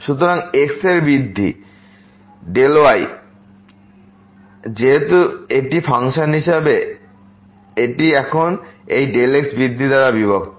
সুতরাং x এর বৃদ্ধি y যেহেতু এটি ফাংশন হিসাবে এটি এখন এই x বৃদ্ধি দ্বারা বিভক্ত